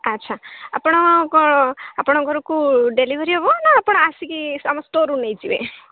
ଆଚ୍ଛା ଆପଣ ଆପଣଙ୍କ ଘରକୁ ଡେଲିଭରି ହେବ ନା ଆପଣ ଆସିକି ଆମ ଷ୍ଟୋର୍ରୁ ନେଇଯିବେ